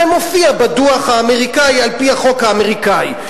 זה מופיע בדוח האמריקני על-פי החוק האמריקני.